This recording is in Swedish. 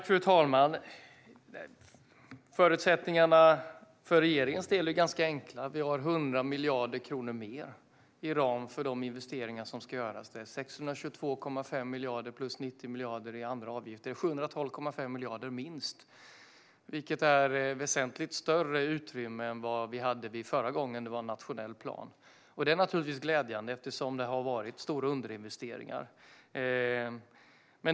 Fru talman! Förutsättningarna för regeringens del är ganska enkla. Vi har 100 miljarder kronor mer i ram för de investeringar som ska göras. Det är 622,5 miljarder plus 90 miljarder i andra avgifter. Det är minst 712,5 miljarder, vilket är väsentligt större utrymme än vad vi hade förra gången det var en nationell plan. Det är naturligtvis glädjande, eftersom det har varit stora underinvesteringar.